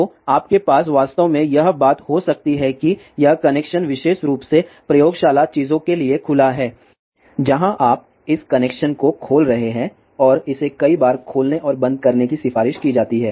तो आपके पास वास्तव में यह बात हो सकती है कि यह कनेक्शन विशेष रूप से प्रयोगशाला चीजों के लिए खुला है जहां आप इस कनेक्शन को खोल रहे हैं और इसे कई बार खोलने और बंद करने की सिफारिश की जाती है